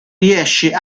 riesce